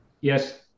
yes